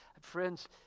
friends